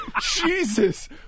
Jesus